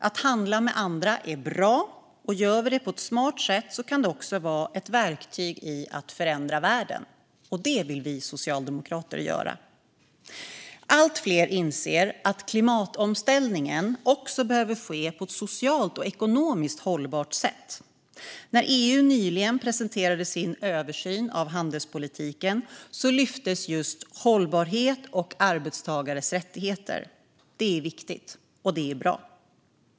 Att handla med andra är bra, och om vi gör det på ett smart sätt kan det också vara ett verktyg i att förändra världen. Det vill vi socialdemokrater göra. Allt fler inser att klimatomställningen också behöver ske på ett socialt och ekonomiskt hållbart sätt. När EU nyligen presenterade sin översyn av handelspolitiken lyftes just hållbarhet och arbetstagares rättigheter fram. Det är viktigt och bra.